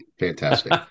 Fantastic